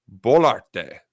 Bolarte